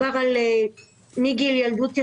יש נערות שחולות מגיל ילדות,